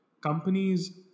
companies